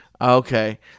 okay